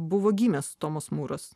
buvo gimęs tomas mūras